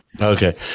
okay